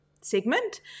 segment